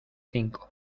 cinco